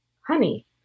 Honey